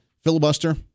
filibuster